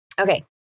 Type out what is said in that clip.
Okay